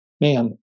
man